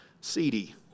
seedy